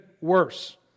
worse